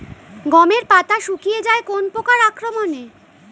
গমের পাতা শুকিয়ে যায় কোন পোকার আক্রমনে?